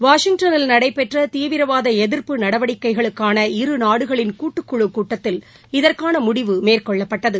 வாஷிங்டனில் நடைபெற்ற தீவிரவாத எதிர்ப்பு நடவடிக்கைகளுக்கான இருநாடுகளின் கூட்டுக்குழு கூட்டத்தில் இதற்கான முடிவு மேற்கொள்ளப்பட்டது